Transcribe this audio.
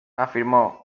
afirmó